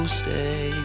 stay